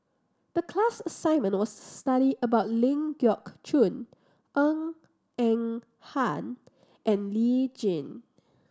the class assignment was study about Ling Geok Choon Ng Eng Hen and Lee Tjin